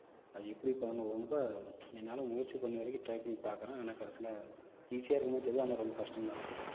அது எப்படி பண்ணனும் ரொம்ப என்னால் முயற்சி பண்ணி டிரை பண்ணிப் பார்க்குறேன் ஆனால் கடைசியில் ஈஸியாக இருக்கமாதிரி தெரியுது ஆனால் ரொம்ப கஷ்டமாக இருக்குது